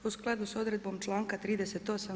U skladu sa odredbom članka 38.